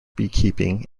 beekeeping